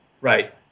Right